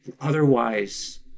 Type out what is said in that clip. otherwise